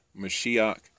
Mashiach